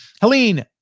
Helene